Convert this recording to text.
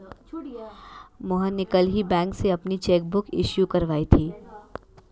मोहन ने कल ही बैंक से अपनी चैक बुक इश्यू करवाई थी